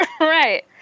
Right